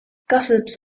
gossips